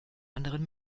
anderen